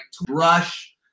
Brush